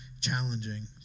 challenging